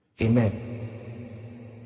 Amen